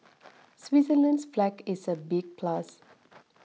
Switzerland's flag is a big plus